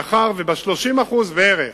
מאחר שב-30%, בערך,